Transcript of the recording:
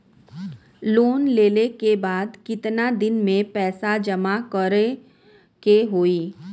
Loan लेले के बाद कितना दिन में पैसा जमा करे के होई?